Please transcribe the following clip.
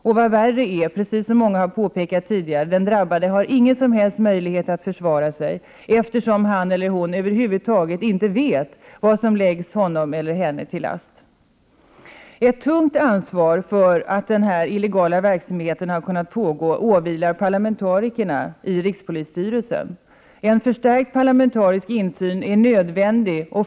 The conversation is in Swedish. Och vad värre är — precis som många tidigare har påpekat: Den drabbade har inga som helst möjligheter att försvara sig, eftersom han eller hon över huvud taget inte vet vad som läggs honom eller henne till last. Ett tungt ansvar för att den här illegala verksamheten har kunnat pågå åvilar parlamentarikerna i rikspolisstyrelsen. En förstärkt parlamentarisk insyn är nödvändig.